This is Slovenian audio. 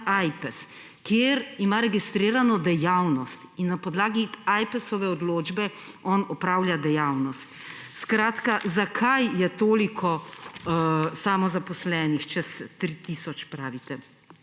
kjer ima registrirano dejavnost, in na podlagi Ajpesove odločbe on opravlja dejavnosti. Zakaj je toliko samozaposlenih, čez 3 tisoč